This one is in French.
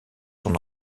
son